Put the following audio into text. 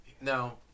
Now